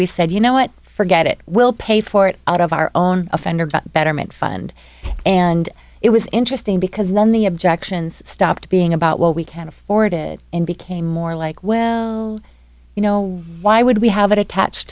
we said you know what forget it we'll pay for it out of our own offender but betterment fund and it was interesting because then the objections stopped being about well we can't afford it and became more like well you know why would we have it attached